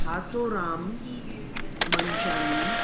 Hasoram Manchani